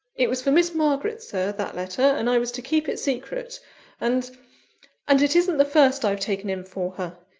it was for miss margaret, sir, that letter and i was to keep it secret and and it isn't the first i've taken in for her.